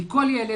כי כל ילד,